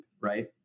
right